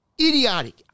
Idiotic